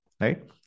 right